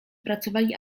pracowali